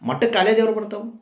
ಮಠಕ್ಕೆ ಅಲೆ ದೇವರು ಬರ್ತಾವು